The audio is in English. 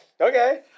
Okay